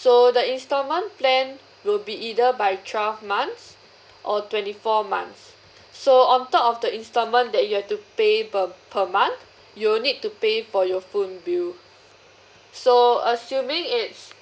so the instalment plan will be either by twelve months or twenty four months so on top of the installment that you have to pay per per month you will need to pay for your phone you so assuming it's